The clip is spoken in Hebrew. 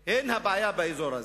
היא הבעיה באזור הזה.